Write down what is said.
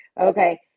Okay